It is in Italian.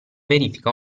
verifica